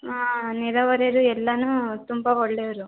ಹಾಂ ನೆರಹೊರೆರು ಎಲ್ಲರೂ ತುಂಬಾ ಒಳ್ಳೆಯವರು